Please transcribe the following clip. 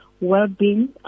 well-being